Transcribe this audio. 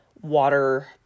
water